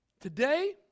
Today